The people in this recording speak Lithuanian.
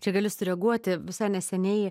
čia galiu sureaguoti visai neseniai